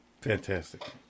fantastic